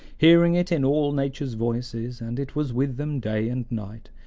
hearing it in all nature's voices and it was with them day and night,